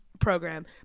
program